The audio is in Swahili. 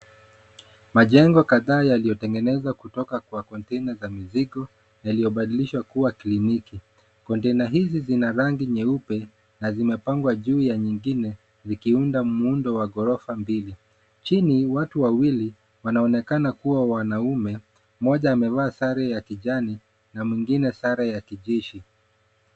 Majengo kadhaa yaliotengenezwa kutoka kwa container za mizigo, yaliyobadilishwa kuwa kliniki. Container hizi zina rangi nyeupe na zimepangwa juu ya nyingine zikiunda muundo wa ghorofa mbili. Chini, watu wawili wanaonekana kuwa wanaume. Mmoja amevaa sare ya kijani na mwingine sare ya kijeshi.